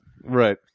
Right